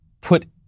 put